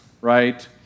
right